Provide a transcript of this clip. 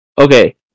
Okay